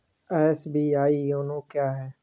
SBI YONO क्या है?